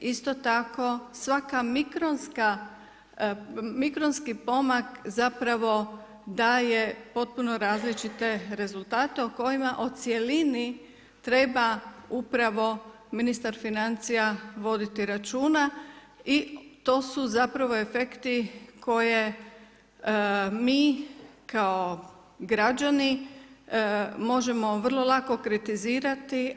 Isto tako svaki mikronski pomak zapravo daje potpuno različite rezultate o kojima o cjelini treba upravo ministar financija voditi računa i to su zapravo efekti koje mi kao građani možemo vrlo lako kritizirati.